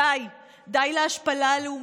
די, די להשפלה הלאומית,